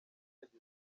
yagize